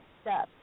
step